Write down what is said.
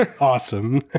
awesome